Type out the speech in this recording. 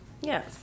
Yes